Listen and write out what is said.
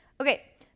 okay